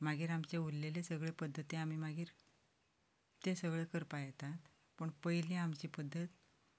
मागीर आमच्यो उरिल्ल्यो सगळ्यो पद्दती आमी मागीर त्यो सगळें करपाक येता पूण पयली आमची पद्दत